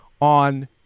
on